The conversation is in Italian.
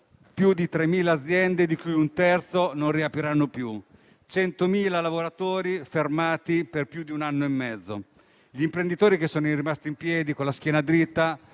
più di 3.000 aziende, di cui un terzo non riaprirà più; 100.000 lavoratori fermi per più di un anno e mezzo. Gli imprenditori che sono rimasti in piedi, con la schiena dritta,